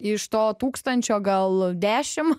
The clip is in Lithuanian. iš to tūkstančio gal dešim